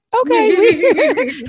okay